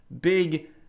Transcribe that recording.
big